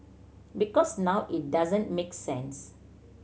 because now it doesn't make sense